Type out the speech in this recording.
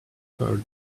per